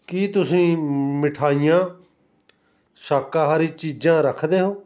ਕੀ ਤੁਸੀਂ ਮਿਠਾਈਆਂ ਸ਼ਾਕਾਹਾਰੀ ਚੀਜ਼ਾਂ ਰੱਖਦੇ ਹੋ